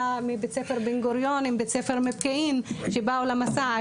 היה מבית ספר בן גוריון עם בית ספר מפקיעין שבאו למסע.